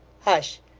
hush!